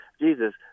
Jesus